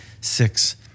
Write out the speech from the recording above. six